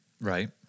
Right